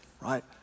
right